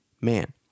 man